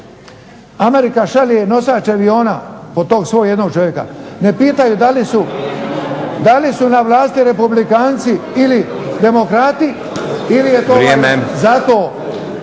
Amerika šalje nosač aviona po tog svog jednog čovjeka, ne pitaju da li su na vlasti republikanci ili demokrati ili je to